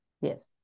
Yes